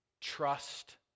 Trust